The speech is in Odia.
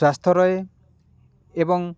ସ୍ୱାସ୍ଥ୍ୟ ରହେ ଏବଂ